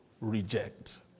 reject